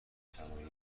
صنایع